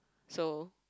so